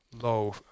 low